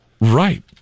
Right